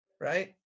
Right